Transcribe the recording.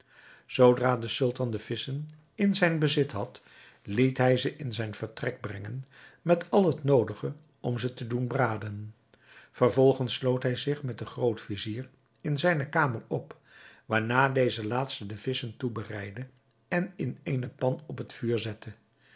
zoodra de sultan de visschen in zijn bezit had liet hij ze in zijn vertrek brengen met al het noodige om ze te doen braden vervolgens sloot hij zich met den groot-vizier in zijne kamer op waarna deze laatste de visschen toebereidde en in eene pan op het vuur zette